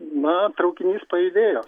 na traukinys pajudėjo